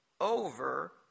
over